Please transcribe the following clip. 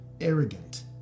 arrogant